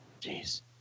Jeez